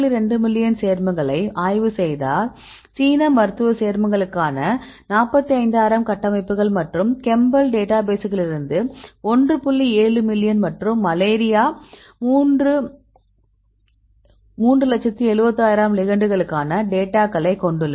2 million சேர்மங்களை ஆய்வு செய்தால் சீன மருத்துவ சேர்மங்களுக்கான 45000 கட்டமைப்புகள் மற்றும் chembl டேட்டாபேஸ்களிலிருந்து ஒன்று புள்ளி ஏழு மில்லியன் மற்றும் மலேரியா 371000 லிகெண்டுகளுக்கான டேட்டாகளைக் கொண்டுள்ளது